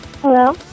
Hello